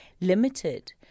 limited